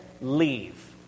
leave